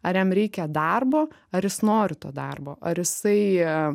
ar jam reikia darbo ar jis nori to darbo ar jisai